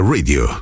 Radio